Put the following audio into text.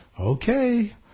okay